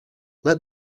let